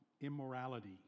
immorality